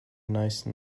nice